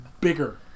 bigger